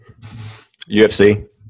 UFC